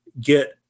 get